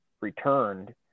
returned